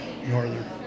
northern